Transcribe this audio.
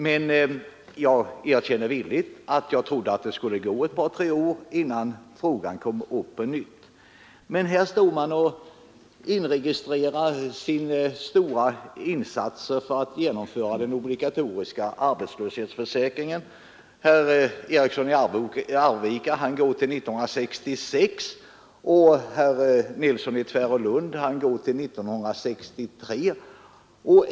Men jag erkänner villigt att jag trodde att det skulle gå ett par tre år innan frågan kom upp på nytt. Här står man alltså och inregistrerar sina stora insatser för att genomföra den obligatoriska arbetslöshetsförsäkringen. Herr Eriksson i Arvika går tillbaka till 1966 och herr Nilsson i Tvärålund till 1963.